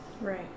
Right